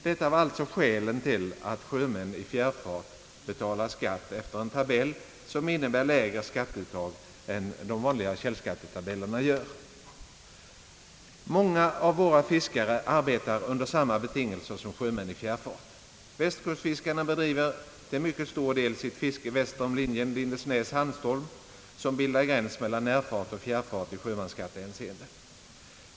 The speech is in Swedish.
Detta är alltså skälen till att sjömän i fjärrfart betalar skatt efter en tabell som innebär lägre skatteuttag än de vanliga källskattetabellerna gör. Många av våra fiskare arbetar under samma betingelser som sjömän i fjärrfart. Västkustfiskarna bedriver till mycket stor del sitt fiske väster om linjen Lindesnes-—Hanstholm, som =: bildar gräns mellan närfart och fjärrfart i sjömansskattehänseende.